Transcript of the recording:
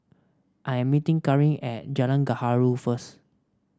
I am meeting Kareem at Jalan Gaharu first